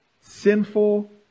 sinful